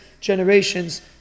generations